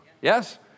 yes